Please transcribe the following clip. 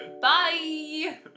bye